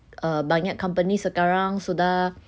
err banyak company sekarang sudah